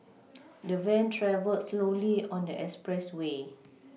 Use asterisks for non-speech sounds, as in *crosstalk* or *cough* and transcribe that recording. *noise* the van travelled slowly on the expressway